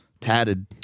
tatted